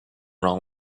wrong